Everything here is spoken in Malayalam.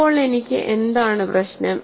ഇപ്പോൾ എനിക്ക് എന്താണ് പ്രശ്നം